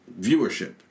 viewership